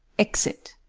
exit